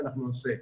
ואנחנו נעשה.